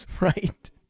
Right